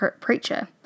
preacher